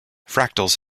fractals